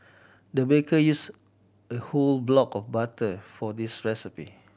the baker use a whole block of a butter for this recipe